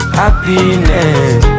happiness